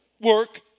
Work